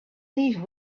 leave